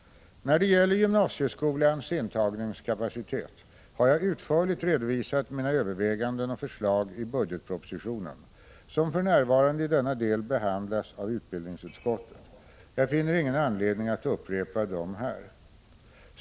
När det gäller gymnasieskolans intagningskapacitet har jag utförligt redovisat mina överväganden och förslag i budgetpropositionen, som för närvarande i denna del behandlas av utbildningsutskottet. Jag finner ingen anledning att upprepa dem här.